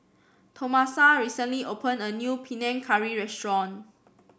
Tomasa recently opened a new Panang Curry restaurant